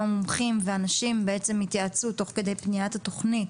מומחים ואנשים בעצם התייעצות תוך כדי בניית התוכנית.